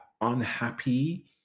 unhappy